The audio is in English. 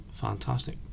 fantastic